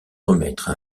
remettre